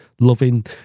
loving